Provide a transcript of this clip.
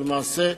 למעשה,